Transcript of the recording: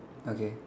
okay